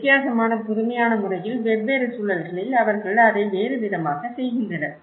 வித்தியாசமான புதுமையான முறையில் வெவ்வேறு சூழல்களில் அவர்கள் அதை வேறு விதமாக செய்கின்றனர்